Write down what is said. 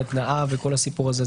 תנאיו וכל הסיפור הזה?